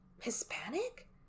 Hispanic